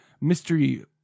Mystery